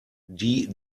die